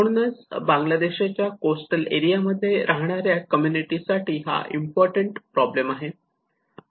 म्हणूनच बांगलादेशाच्या coastal area मध्ये राहणाऱ्या कम्युनिटी साठी हा इम्पॉर्टंट प्रॉब्लेम आहे